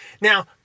Now